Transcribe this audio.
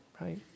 right